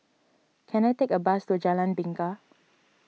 can I take a bus to Jalan Bingka